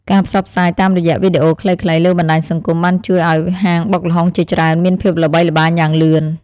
ការផ្សព្វផ្សាយតាមរយៈវីដេអូខ្លីៗលើបណ្តាញសង្គមបានជួយឱ្យហាងបុកល្ហុងជាច្រើនមានភាពល្បីល្បាញយ៉ាងលឿន។